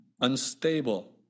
unstable